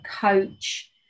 coach